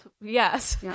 Yes